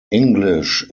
english